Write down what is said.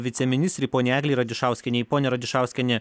viceministrei poniai eglei radišauskienei ponia radišauskiene